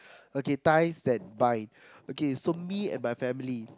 okay ties that bind okay so me and my family